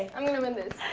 i'm gonna win this.